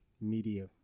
Media